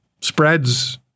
Spreads